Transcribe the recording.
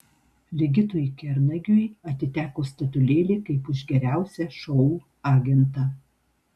ligitui kernagiui atiteko statulėlė kaip už geriausią šou agentą